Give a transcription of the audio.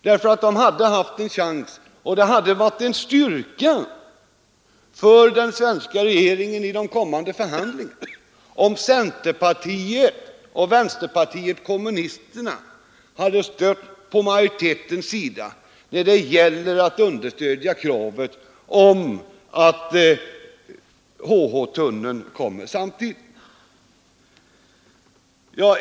De hade haft en chans, och det hade varit en styrka för den svenska regeringen i de kommande förhandlingarna om centerpartiet och vänsterpartiet kommunisterna stått på majoritetens sida när det gäller att understödja kravet på att HH-tunneln färdigställs samtidigt med bron.